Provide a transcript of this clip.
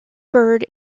bird